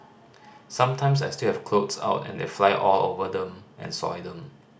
sometimes I still have clothes out and they fly all over them and soil them